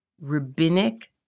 rabbinic